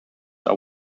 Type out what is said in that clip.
are